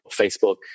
Facebook